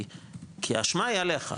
כי אשמה היא עליך,